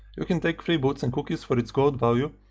you can take free boots and cookies for its gold value,